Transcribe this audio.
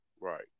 Right